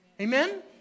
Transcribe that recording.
Amen